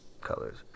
colors